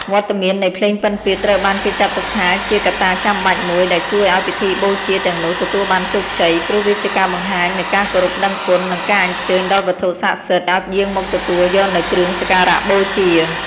វត្តមាននៃភ្លេងពិណពាទ្យត្រូវបានគេចាត់ទុកថាជាកត្តាចាំបាច់មួយដែលជួយឱ្យពិធីបូជាទាំងនោះទទួលបានជោគជ័យ ព្រោះវាជាការបង្ហាញនូវការគោរពដឹងគុណ និងការអញ្ជើញដល់វត្ថុស័ក្តិសិទ្ធិឱ្យយាងមកទទួលយកនូវគ្រឿងសក្ការបូជា។